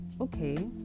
Okay